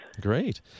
Great